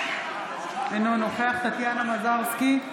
אינו נוכח טטיאנה מזרסקי,